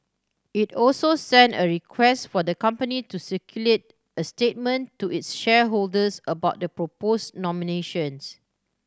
it also sent a request for the company to circulate a statement to its shareholders about the proposed nominations